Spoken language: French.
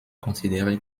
considéré